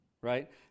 Right